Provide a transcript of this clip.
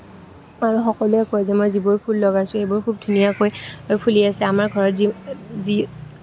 সকলোৱে কয় যে মই যিবোৰ ফুল লগাইছোঁ সেইবোৰ ফুল ধুনীয়াকৈ ফুলি আছে আমাৰ ঘৰত যি যি